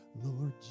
lord